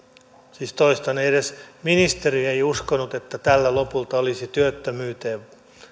siis toistan ei edes ministeriö uskonut että tällä lopulta olisi työttömyyteen